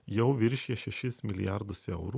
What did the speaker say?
jau viršija šešis milijardus eurų